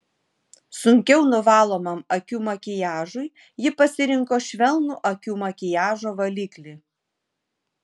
sunkiau nuvalomam akių makiažui ji pasirinko švelnų akių makiažo valiklį